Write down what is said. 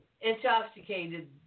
Intoxicated